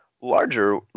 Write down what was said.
larger